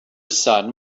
son